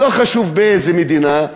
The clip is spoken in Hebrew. לא חשוב באיזה מדינה,